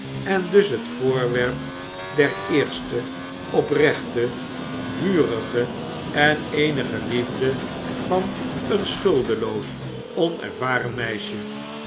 en dus het voorwerp der eerste oprechte vurige en eenige liefde van een schuldeloos onervaren meisje